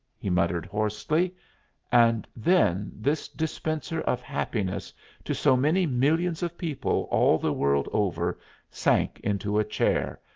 he muttered hoarsely and then this dispenser of happiness to so many millions of people all the world over sank into a chair,